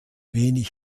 wenig